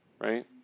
right